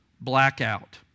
blackout